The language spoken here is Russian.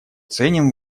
ценим